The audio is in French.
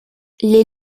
les